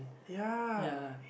ya